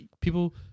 people